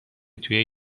توی